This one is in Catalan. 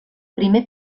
primer